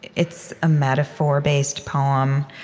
it's a metaphor-based poem.